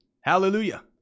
Hallelujah